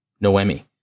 Noemi